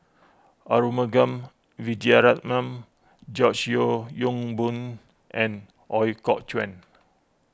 Arumugam Vijiaratnam George Yeo Yong Boon and Ooi Kok Chuen